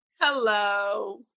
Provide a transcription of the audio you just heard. Hello